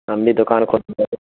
ہم بھی دکان